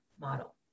model